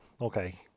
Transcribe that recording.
okay